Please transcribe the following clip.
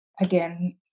again